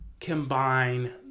combine